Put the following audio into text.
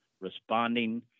responding